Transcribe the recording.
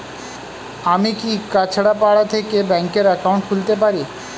আমি কি কাছরাপাড়া থেকে ব্যাংকের একাউন্ট খুলতে পারি?